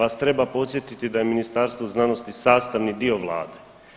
Vas treba podsjetiti da je Ministarstvo znanosti sastavni dio Vlade.